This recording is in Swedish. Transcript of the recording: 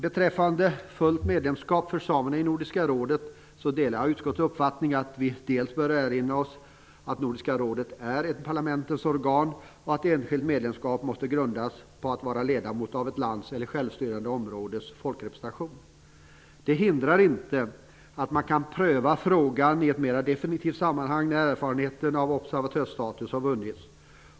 Beträffande fullt medlemskap för samerna i Nordiska rådet delar jag utskottets uppfattning, att vi bör erinra oss att Nordiska rådet är ett parlamentens organ och att enskilt medlemskap måste grundas på att vara ledamot av ett lands eller självstyrande områdes folkrepresentation. Det hindrar inte att man kan pröva frågan i ett mera definitivt sammanhang när erfarenheter av observatörsstatus har vunnits.